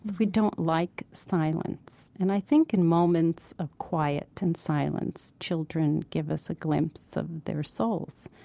we don't like silence. and i think in moments of quiet and silence, children give us a glimpse of their souls.